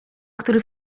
który